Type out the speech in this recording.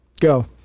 Go